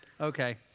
Okay